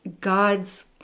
God's